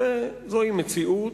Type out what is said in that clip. זוהי מציאות,